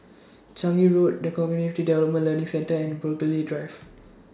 Changi Road The Cognitive Development Learning Centre and Burghley Drive